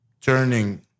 turning